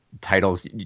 titles